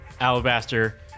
Alabaster